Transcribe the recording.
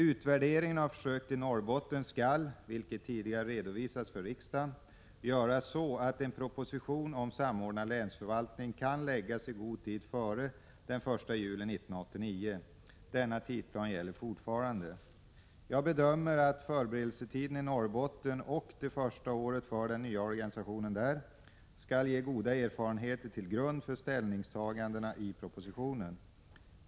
Utvärderingen av försöket i Norrbotten skall, vilket tidigare redovisats för riksdagen, göras så att en proposition om samordnad länsförvaltning kan läggas fram i god tid före den 1 juli 1989. Denna tidsplan gäller fortfarande. Jag bedömer att förberedelsetiden i Norrbotten och det första året för den nya organisationen där skall ge goda erfarenheter till grund för ställningstagandena i propositionen.